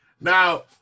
Now